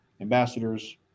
ambassadors